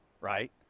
right